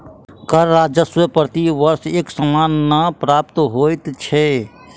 कर राजस्व प्रति वर्ष एक समान नै प्राप्त होइत छै